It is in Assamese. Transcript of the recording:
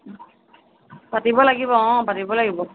পাতিব লাগিব অ পাতিব লাগিব